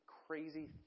crazy